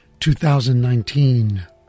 2019